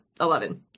eleven